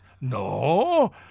no